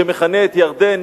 שמכנה את ירדן,